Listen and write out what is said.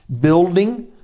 building